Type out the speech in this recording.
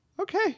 okay